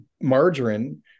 margarine